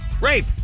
Rape